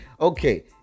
okay